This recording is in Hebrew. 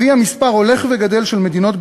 הביאה מספר הולך וגדל של מדינות,